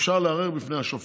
אפשר לערער בפני השופט.